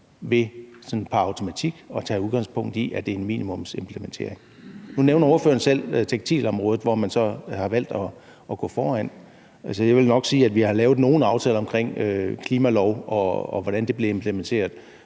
ved pr. automatik at tage udgangspunkt i en minimumsimplementering. Nu nævner ordføreren selv tekstilområdet, hvor man har valgt at gå foran. Jeg vil nok sige, at vi har lavet nogle aftaler omkring klimaloven, og hvordan det bliver implementeret,